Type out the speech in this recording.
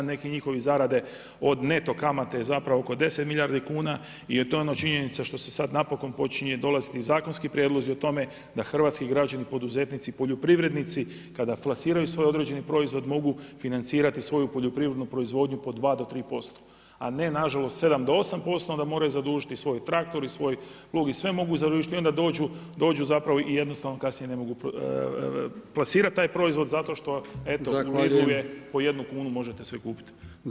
Neke njihove zarade od neto kamate je zapravo oko 10 milijardi kuna i to je ona činjenica koja se sada napokon počinje dolaziti zakonski prijedlozi o tome da hrvatski građana, poduzetnici, poljoprivrednici kada flasiraju svoj određeni proizvod mogu financirati svoju poljoprivrednu proizvodnju po 2 do 3%, a ne na žalost 7 do 8% onda moraju zadužiti svoj traktor, svoj plug i sve mogu zadužiti i onda dođu zapravo i jednostavno kasnije ne mogu plasirati taj proizvod zato što eto … po jednu kunu možete sve kupiti.